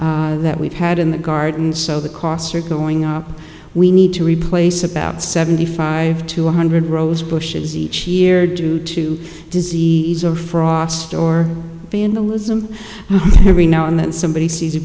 that we've had in the garden so the costs are going up we need to replace about seventy five to one hundred rose bushes each year due to disease or frost or vandalism every now and then somebody sees a